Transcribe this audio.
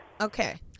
Okay